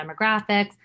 demographics